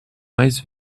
mais